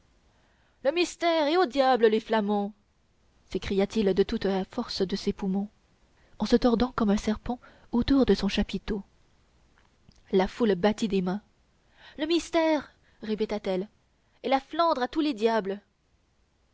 le mystère et au diable les flamands s'écria-t-il de toute la force de ses poumons en se tordant comme un serpent autour de son chapiteau la foule battit des mains le mystère répéta-t-elle et la flandre à tous les diables